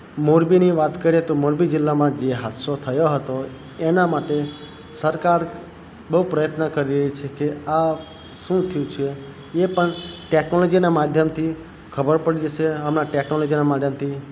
મોરબીની વાત કરીએ તો મોરબી જીલામાં જે હાદસો થયો હતો એના માટે સરકાર બહુ પ્રયત્ન કરી રહી છે કે આ શું થયું છે એ પણ ટેકનોલોજીના માધ્યમથી ખબર પડી જશે હમણાં ટેકનોલોજીના માધ્યમથી